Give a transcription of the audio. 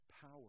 power